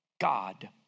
God